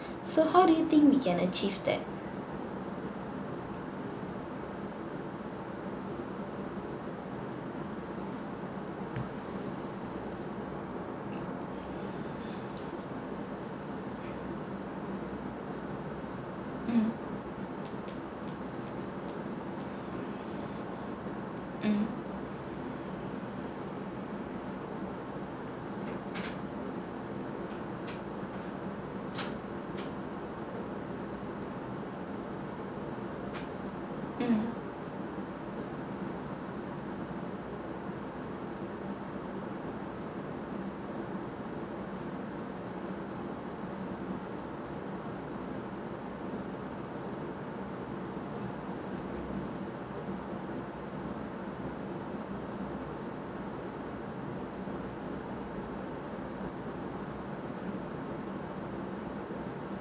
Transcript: so how do you think we can achieve that mm mm mm